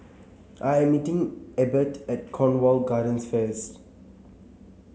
I'm meeting Ebert at Cornwall Gardens first